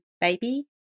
baby